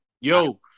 yo